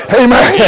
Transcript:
amen